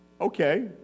Okay